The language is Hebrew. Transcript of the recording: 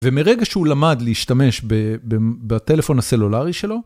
ומרגע שהוא למד להשתמש בטלפון הסלולרי שלו...